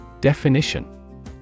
Definition